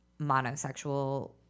monosexual